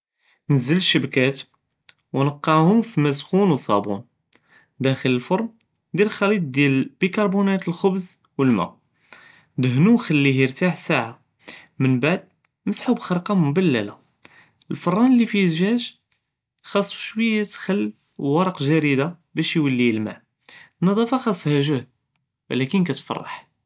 נְזֵל אֶשְבַּקַּאת וְנַקַּאהּוּ פִי מַא סְחּוּן וּסְבוּן דַאְחְל אלפְרַן, דיר חְלִיט דִיַאל בַּכְּרְבוֹנַאת אלחַבַּז ואלמַא, דַהְנוּ וְכּלִּיה יָרְתַח שִי סַעָה, מְנבָּעַד מְסַחוּ בּחַרְקַה מְבַלֶּלָה, אלפְרַן לי פִיהַא אֶזַאג' חַסְכּוּ שְוִיָה חֶלְ, וּרַקּ גְדִיד בּאש יוֹלִי יַלְמַע, אלנְדַאפה חַסְכּהָ גְהַד וּלַכּן כִּתְפַרַּח.